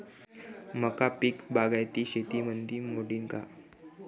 मका पीक बागायती शेतीमंदी मोडीन का?